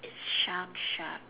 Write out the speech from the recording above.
it's shark shark